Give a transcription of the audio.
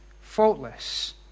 faultless